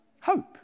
hope